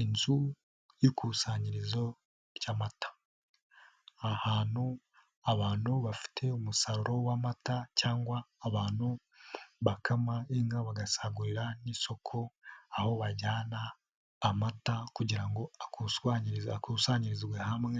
Inzu y'ikusanyirizo ry'amata. Ni ahantu abantu bafite umusaruro w'amata cyangwa abantu bakama inka bagasagurira n'isoko, aho bajyana amata kugira ngo akusanyirizwe hamwe,